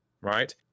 right